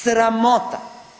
Sramota.